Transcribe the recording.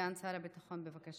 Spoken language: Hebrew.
סגן שר הביטחון, בבקשה.